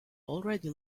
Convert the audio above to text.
already